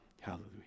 Hallelujah